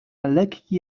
lekki